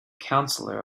counselor